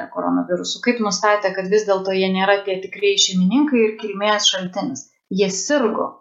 koronavirusu kaip nustatė kad vis dėlto jie nėra tie tikrieji šeimininkai ir kilmės šaltinis jie sirgo